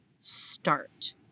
start